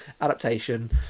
adaptation